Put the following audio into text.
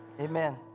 amen